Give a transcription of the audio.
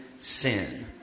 sin